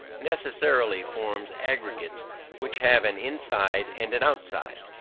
necessarily forms aggregates which have an inside and an outside.